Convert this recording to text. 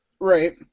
Right